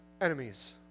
enemies